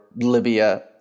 Libya